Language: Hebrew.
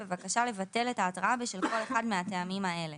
בבקשה לבטל את ההתראה בשל כל אחד מהטעמים האלה: